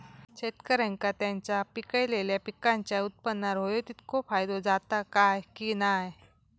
शेतकऱ्यांका त्यांचा पिकयलेल्या पीकांच्या उत्पन्नार होयो तितको फायदो जाता काय की नाय?